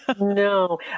No